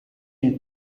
une